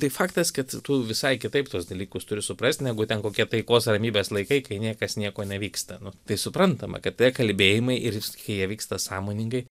tai faktas kad tu visai kitaip tuos dalykus turi suprast negu ten kokie taikos ar ramybės laikai kai niekas nieko nevyksta nu tai suprantama kad tie kalbėjimai ir kai jie vyksta sąmoningai